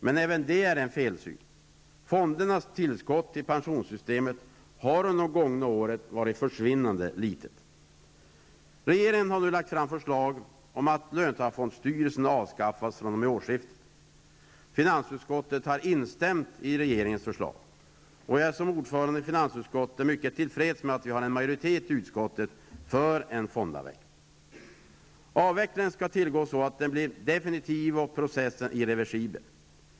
Men även detta är en felsyn. Fondernas tillskott till pensionssystemet har under de gångna åren varit försvinnande litet. årsskiftet. Finansutskottet har instämt i regeringens förslag. Jag är som ordförande i finansutskottet mycket tillfreds med att vi har en majoritet i utskottet för en fondavveckling. Avvecklingen skall tillgå så att den blir definitiv och processen irreversibel.